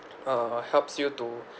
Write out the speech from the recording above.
uh helps you to